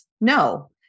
No